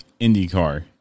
IndyCar